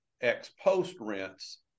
ex-post-rents